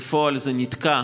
בפועל זה נתקע,